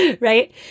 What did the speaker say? right